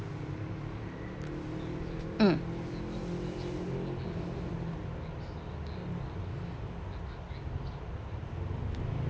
mm